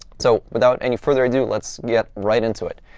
so without any further ado, let's get right into it.